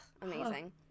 amazing